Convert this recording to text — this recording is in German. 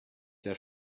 sehr